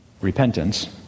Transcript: repentance